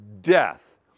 death